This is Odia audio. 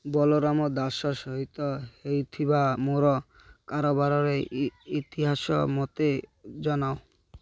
ବଳରାମ ଦାସ ସହିତ ହେଇଥିବା ମୋର କାରବାରର ଇତିହାସ ମୋତେ ଜଣାଅ